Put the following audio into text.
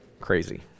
crazy